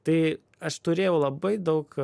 tai aš turėjau labai daug